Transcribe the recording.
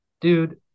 dude